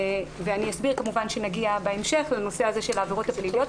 אני אסביר כמובן כשנגיע בהמשך לנושא הזה של העבירות הפליליות,